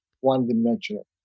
one-dimensional